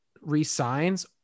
resigns